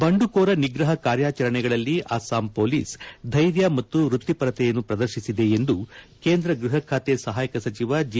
ಬಂಡುಕೋರ ನಿಗ್ರಹ ಕಾರ್ಯಚರಣೆಗಳಲ್ಲಿ ಅಸ್ಲಾಂ ಮೊಲೀಸ್ ಧೈರ್ಯ ಮತ್ತು ವೃತ್ತಿಪರತೆಯನ್ನು ಪ್ರದರ್ಶಿಸಿದೆ ಎಂದು ಕೇಂದ್ರ ಗೃಹ ಖಾತೆ ಸಹಾಯಕ ಸಚಿವ ಜಿ